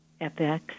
FX